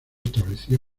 establecía